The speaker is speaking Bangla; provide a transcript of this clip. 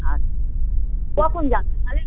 আচ্ছা কখন যাবেন তাহলে